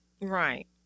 right